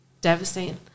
devastating